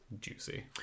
juicy